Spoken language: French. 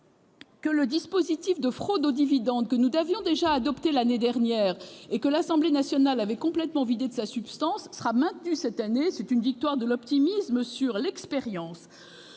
que le dispositif antifraude aux dividendes, que nous avions déjà adopté l'année dernière et que l'Assemblée nationale avait complètement vidé de sa substance, sera cette fois-ci maintenu en l'état. Ce serait une victoire de l'optimisme sur l'expérience